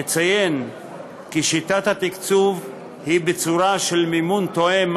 נציין כי שיטת התקצוב היא בצורה של מימון תואם,